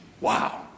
Wow